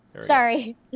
Sorry